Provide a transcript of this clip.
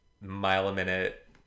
mile-a-minute